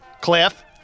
Cliff